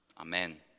Amen